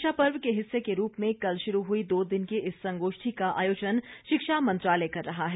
शिक्षा पर्व के हिस्से के रूप में कल शुरू हई दो दिन की इस संगोष्ठी का आयोजन शिक्षा मंत्रालय कर रहा है